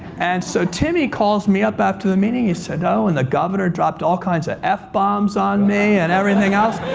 and so timmy calls me after the meeting. he said, oh, and the governor dropped all kinds of f bombs on me, and everything else.